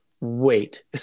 wait